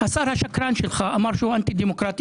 השר השקרן שלך, אמר שהוא אנטי דמוקרטי.